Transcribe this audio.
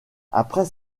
après